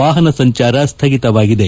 ವಾಹನ ಸಂಚಾರ ಸ್ಥಗಿತವಾಗಿದೆ